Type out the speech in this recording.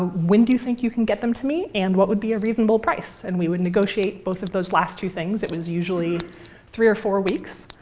when do you think you can get them to me, and what would be a reasonable price? and we would negotiate both of those last two things. it was usually three or four weeks,